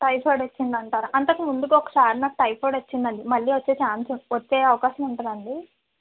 typhoid వచ్చిందంటారా అంతక ముందు కూడా ఒకసారి నాకు టైఫాయిడ్ వచ్చిందండి మళ్ళీ వచ్చే ఛాన్స్ వచ్చే అవకాశం ఉంటుందా అండి